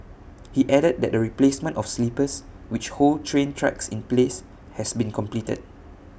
he added that the replacement of sleepers which hold train tracks in place has been completed